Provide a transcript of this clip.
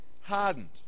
hardened